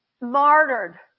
martyred